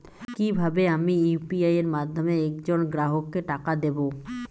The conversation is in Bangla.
কিভাবে আমি ইউ.পি.আই এর মাধ্যমে এক জন গ্রাহককে টাকা দেবো?